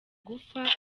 gupfa